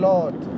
Lord